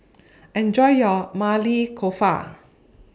Enjoy your Maili Kofta